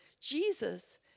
Jesus